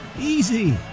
Easy